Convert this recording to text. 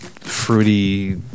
fruity